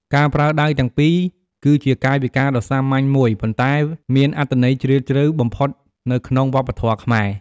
ការប្រើដៃទាំងពីរ គឺជាកាយវិការដ៏សាមញ្ញមួយ ប៉ុន្តែមានអត្ថន័យជ្រាលជ្រៅបំផុតនៅក្នុងវប្បធម៌ខ្មែរ។